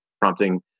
prompting